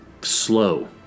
slow